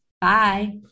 Bye